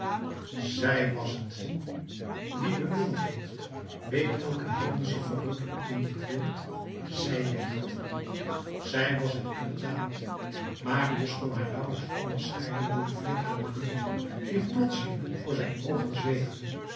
zij was t wie bemind heeft weet welk een hemelsche verrukking in dit woord zij ligt zij was t inderdaad marius kon haar nauwelijks onderscheiden door den flikkerenden nevel die plotseling voor zijn oogen zweefde